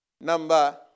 Number